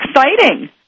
exciting